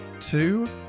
Two